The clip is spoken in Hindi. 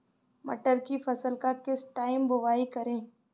मटर की फसल का किस टाइम बुवाई करें?